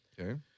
Okay